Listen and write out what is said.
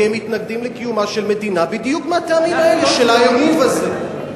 כי הם מתנגדים לקיומה של מדינה בדיוק מהטעמים האלה של העירוב הזה.